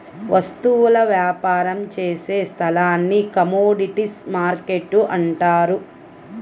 వస్తువుల వ్యాపారం చేసే స్థలాన్ని కమోడీటీస్ మార్కెట్టు అంటారు